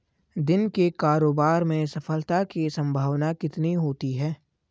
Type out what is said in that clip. दिन के कारोबार में सफलता की संभावना कितनी होती है?